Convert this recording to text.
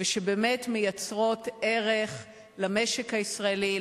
ושבאמת מייצרות ערך למשק הישראלי,